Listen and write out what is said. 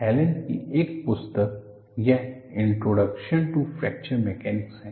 Helen की एक पुस्तक यह इंट्रोडक्शन टू फ्रैक्चर मैकेनिक्स है